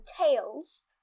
tails